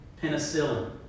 penicillin